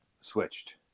switched